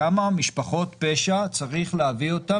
כמה משפחות פשע צריך להביא לבית המשפט